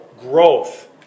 growth